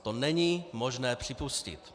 To není možné připustit.